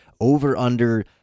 over-under